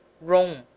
Rome